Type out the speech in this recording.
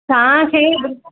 तव्हांखे